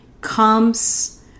comes